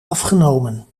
afgenomen